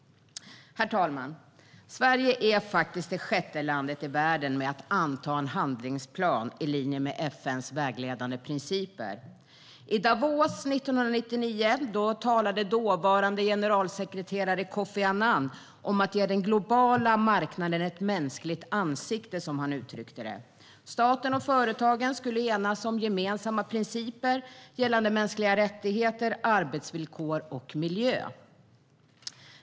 Herr talman! Sverige är faktiskt det sjätte landet i världen med att anta en handlingsplan i linje med FN:s vägledande principer. I Davos 1999 talade dåvarande generalsekreterare Kofi Annan om att ge den globala marknaden ett mänskligt ansikte - som han uttryckte det. Staten och företagen skulle enas om gemensamma principer gällande mänskliga rättigheter, arbetsvillkor och miljö.